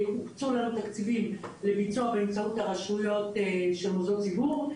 הוקצו לנו תקציבים לביצוע באמצעות הרשויות של מוסדות ציבור.